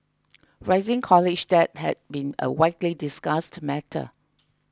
rising college debt has been a widely discussed matter